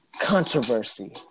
controversy